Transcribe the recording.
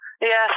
Yes